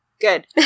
good